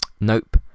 Nope